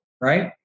right